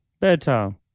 Bedtime